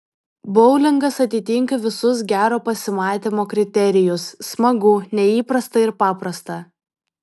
boulingas atitinka visus gero pasimatymo kriterijus smagu neįprasta ir paprasta